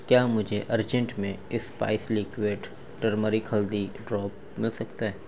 کیا مجھے ارجینٹ میں اسپائس لیکوڈ ٹرمرک ہلدی ڈراپ مل سکتا ہے